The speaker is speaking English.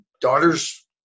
daughters